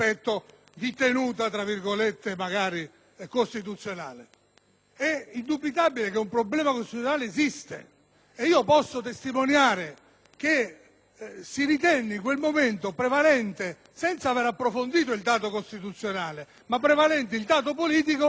È indubitabile che un problema costituzionale esista e posso testimoniare che si ritenne in quel momento prevalente, senza aver approfondito il dato costituzionale, il dato politico di un riconoscimento più forte ai cittadini residenti all'estero.